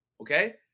Okay